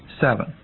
Seven